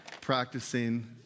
practicing